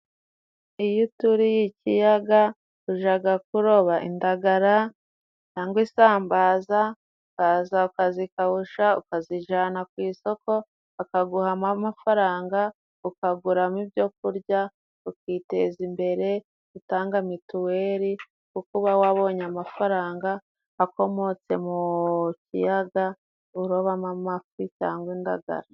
Iyo uturiye ikiyaga ujaga kuroba indagara cyangwa isambazaza, ukaza ukazikawusha, ukazijana ku isoko bakaguhamo amafaranga ukaguramo ibyo kurya, ukiteza imbere, utanga mituweli kuko uba wabonye amafaranga akomotse mu kiyaga urobamo amafi cangwa indagara.